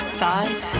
thighs